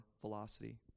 velocity